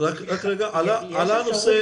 עלה הנושא